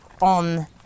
on